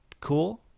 cool